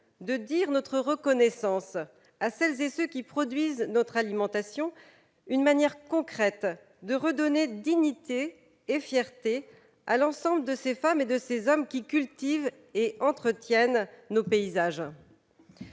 de dire notre reconnaissance à celles et ceux qui produisent notre alimentation, de redonner dignité et fierté à l'ensemble de ces femmes et de ces hommes qui cultivent et entretiennent nos paysages.